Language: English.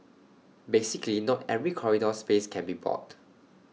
basically not every corridor space can be bought